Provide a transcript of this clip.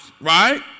right